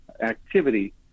activity